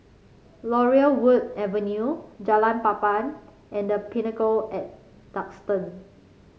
Laurel Wood Avenue Jalan Papan and The Pinnacle at Duxton